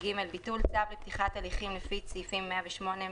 ביטול צו לפתיחת הליכים לפי סעיפים 108,